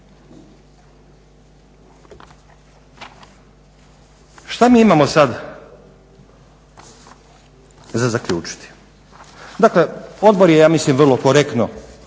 Šta mi imamo sad za zaključiti? Dakle, Odbor je ja mislim vrlo korektno